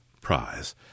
Prize